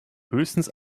höchstens